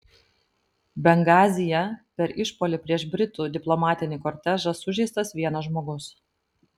bengazyje per išpuolį prieš britų diplomatinį kortežą sužeistas vienas žmogus